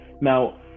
now